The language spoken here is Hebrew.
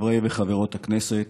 חברי וחברות הכנסת,